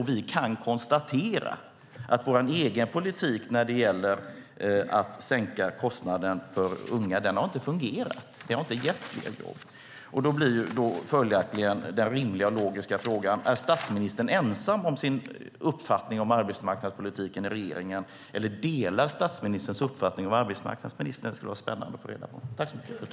Vi kan konstatera att vår egen politik när det gäller att sänka kostnaden för unga inte har fungerat och inte har gett fler jobb. Den rimliga och logiska frågan blir då följaktligen: Är statsministern ensam om sin uppfattning om arbetsmarknadspolitiken i regeringen eller delas statsministerns uppfattning av arbetsmarknadsministern? Det skulle vara spännande att få reda på det.